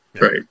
right